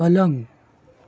પલંગ